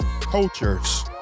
cultures